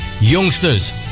youngsters